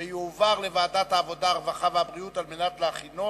לוועדת העבודה, הרווחה והבריאות נתקבלה.